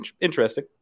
interesting